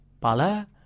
Pala